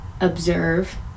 observe